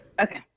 Okay